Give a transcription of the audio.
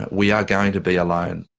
we are going to be alone.